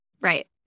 Right